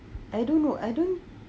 I don't know I don't